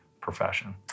profession